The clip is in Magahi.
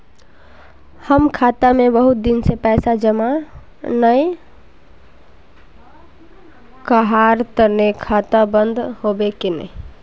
हम खाता में बहुत दिन से पैसा जमा नय कहार तने खाता बंद होबे केने?